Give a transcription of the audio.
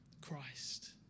Christ